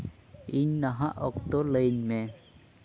ᱤᱧ ᱱᱟᱦᱟᱜ ᱚᱠᱛᱚ ᱞᱟᱹᱭ ᱢᱮ